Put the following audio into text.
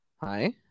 hi